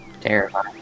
terrifying